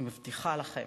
אני מבטיחה לכם